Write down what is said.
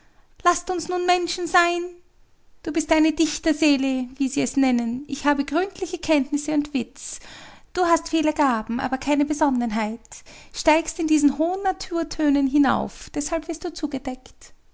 laßt uns nun menschen sein du bist eine dichterseele wie sie es nennen ich habe gründliche kenntnisse und witz du hast viele gaben aber keine besonnenheit steigst in diesen hohen naturtönen hinauf und deshalb wirst du zugedeckt